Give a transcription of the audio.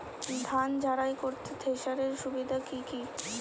ধান ঝারাই করতে থেসারের সুবিধা কি কি?